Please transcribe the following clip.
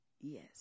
Yes